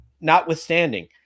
notwithstanding